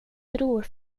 bror